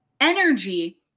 energy